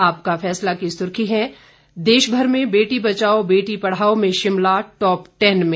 आपका फैसला की सुर्खी है देशभर में बेटी बचाओ बेटी पढ़ाओ में शिमला टॉप टेन में